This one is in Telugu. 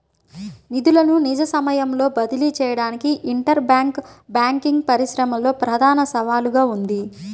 నిధులను నిజ సమయంలో బదిలీ చేయడానికి ఇంటర్ బ్యాంక్ బ్యాంకింగ్ పరిశ్రమలో ప్రధాన సవాలుగా ఉంది